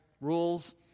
rules